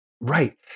Right